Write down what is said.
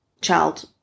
child